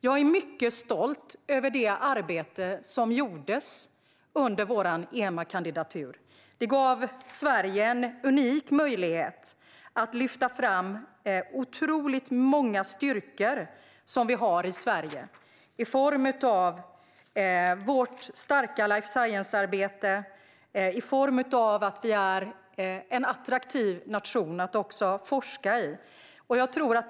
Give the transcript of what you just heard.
Jag är mycket stolt över det arbete som gjordes under vår EMA-kandidatur. Det gav Sverige en unik möjlighet att lyfta fram otroligt många styrkor som vi har i Sverige i form av vårt starka life science-arbete och i form av att vi är en attraktiv nation att forska i.